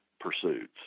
Pursuits